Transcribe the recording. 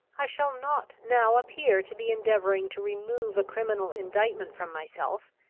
i shall not now appear to be endeavouring to remove a criminal indictment from myself,